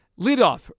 leadoff